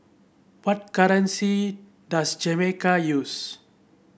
what currency does Jamaica use